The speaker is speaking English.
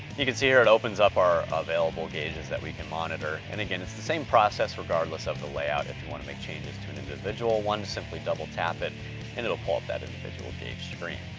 you can see here it opens up our available gauges that we can monitor. and again, it's the same process regardless of the layout. if you wanna make changes to an individual one, simply double tap it and it will pull up that individual gauge screen.